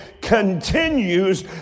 continues